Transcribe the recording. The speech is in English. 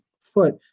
foot